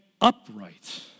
upright